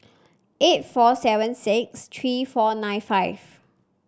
eight four seven six three four nine five